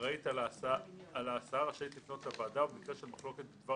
האחראית על ההסעה רשאית לפנות לוועדה ובמקרה של מחלוקת בדבר